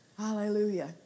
Hallelujah